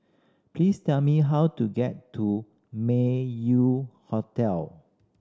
please tell me how to get to Meng Yew Hotel